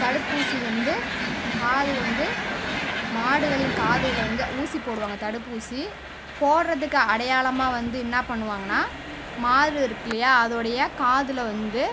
தடுப்பூசி வந்து காது வந்து மாடுகளின் காதுகளில் வந்து ஊசி போடுவாங்க தடுப்பூசி போடுறதுக்கு அடையாளமாக வந்து என்ன பண்ணுவாங்கன்னா மாடு இருக்கு இல்லையா அதோடய காதில் வந்து